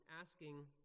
asking